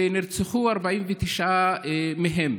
ונרצחו 49 מהם.